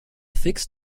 fixed